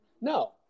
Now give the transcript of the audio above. No